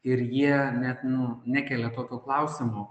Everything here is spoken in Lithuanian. ir jie net nu nekelia tokio klausimo